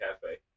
Cafe